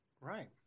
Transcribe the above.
Right